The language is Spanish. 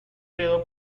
quedó